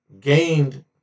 gained